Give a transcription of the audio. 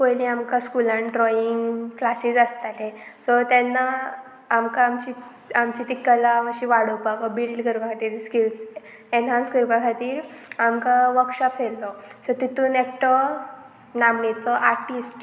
पयलीं आमकां स्कुलान ड्रॉइंग क्लासीस आसताले सो तेन्ना आमकां आमची आमची ती कला मातशी वाडोवपाक बिल्ड करपा खातीर स्किल्स एनहान्स करपा खातीर आमकां वर्कशॉप थेल्लो सो तितून एकटो नामनेचो आर्टिस्ट